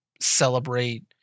celebrate